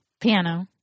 Piano